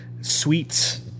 sweets